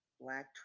black